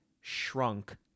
Shrunk